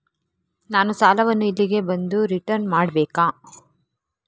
ನಾನು ಸಾಲವನ್ನು ಇಲ್ಲಿಗೆ ಬಂದು ರಿಟರ್ನ್ ಮಾಡ್ಬೇಕಾ?